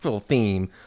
theme